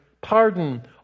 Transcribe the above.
pardon